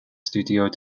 studios